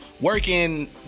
working